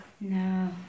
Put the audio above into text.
No